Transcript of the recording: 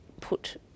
put